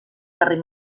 carrer